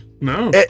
No